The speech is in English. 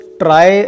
try